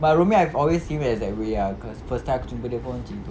but rumi I've always seen as that way cause first time aku jumpa dia pun macam gitu